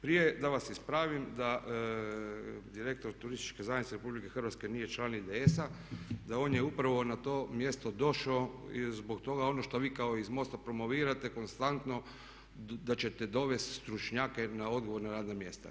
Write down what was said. Prije da vas ispravim da direktor Turističke zajednice Republike Hrvatske nije član IDS-a, da on je upravo na to mjesto došao i zbog toga ono što vi kao iz MOST-a promovirate konstantno da ćete dovest stručnjake na odgovorna radna mjesta.